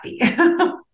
happy